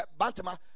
Bantama